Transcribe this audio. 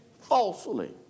falsely